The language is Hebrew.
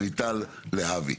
מיטל להבי.